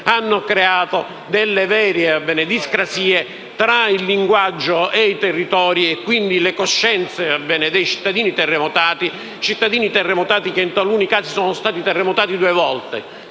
hanno creato delle vere discrasie con il linguaggio dei territori e, quindi, le coscienze dei cittadini terremotati. Cittadini terremotati che, in taluni casi, sono stati terremotati due volte: